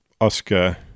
Oscar